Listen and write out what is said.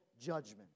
judgment